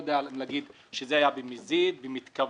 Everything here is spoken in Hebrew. איני יודע להגיד אם זה היה במזיד או בשוגג.